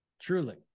Truly